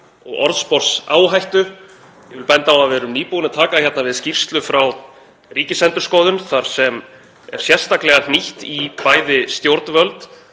og orðsporsáhættu. Ég vil benda á að við erum nýbúin að taka hérna við skýrslu frá Ríkisendurskoðun þar sem er sérstaklega hnýtt í bæði stjórnvöld